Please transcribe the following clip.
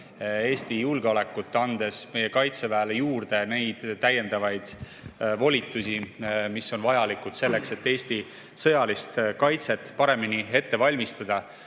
Eesti julgeolekut, andes meie Kaitseväele juurde neid täiendavaid volitusi, mis on vajalikud selleks, et Eesti sõjalist kaitset paremini ette valmistada.